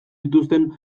zituzten